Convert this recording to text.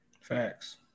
Facts